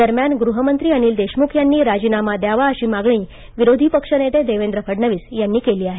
दरम्यान गृहमंत्री अनिल देशमुख यांनी राजीनामा द्यावा अशी मागणी विरोधीपक्ष नेते देवेंद्र फडणंवीस यांनी केली आहे